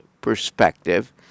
perspective